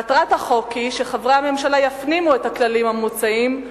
מטרת החוק היא שחברי הממשלה יפנימו את הכללים המוצעים,